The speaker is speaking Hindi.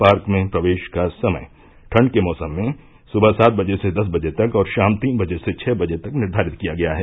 पार्क में प्रवेश का समय ठंड के मौसम में सुबह सात बजे से दस बजे तक और शाम तीन बजे से छ बजे तक निर्घारित किया गया है